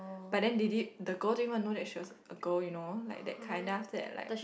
but then they did~ the girl didn't even know that she was a girl you know like that kind then after that like